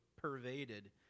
pervaded